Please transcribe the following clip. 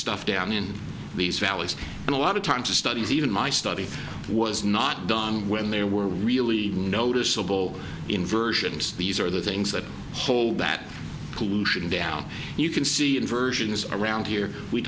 stuff down in these valleys and a lot of time to studies even my study was not done when there were really noticeable inversions these are the things that hold that pollution down you can see inversions around here we